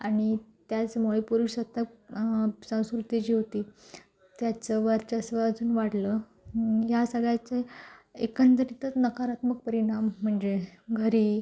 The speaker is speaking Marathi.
आणि त्याचमुळे पुरुषसत्ताक संस्कृती जी होती त्याचं वर्चस्व अजून वाढलं ह्या सगळ्याचे एकंदरीतच नकारात्मक परिणाम म्हणजे घरी